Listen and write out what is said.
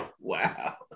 Wow